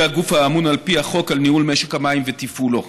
היא הגוף האמון על פי החוק על ניהול משק המים ותפעולו.